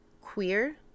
queer